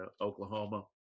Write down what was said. Oklahoma